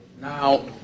Now